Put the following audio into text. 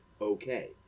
okay